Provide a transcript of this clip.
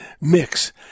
mix